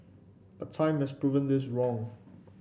but time has proven this wrong